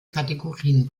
kategorien